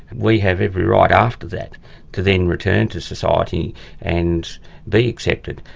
we have every right after that to then return to society and be accepted.